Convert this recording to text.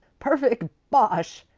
perfect bosh!